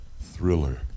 Thriller